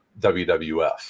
WWF